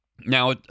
now